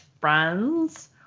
friends